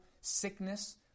sickness